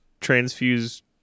transfuse